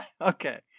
Okay